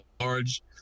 large